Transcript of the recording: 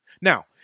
Now